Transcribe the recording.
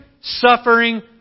suffering